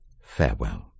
Farewell